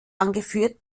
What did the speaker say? angeführt